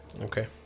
Okay